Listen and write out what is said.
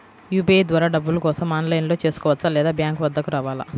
UPI ద్వారా డబ్బులు కోసం నేను ఆన్లైన్లో చేసుకోవచ్చా? లేదా బ్యాంక్ వద్దకు రావాలా?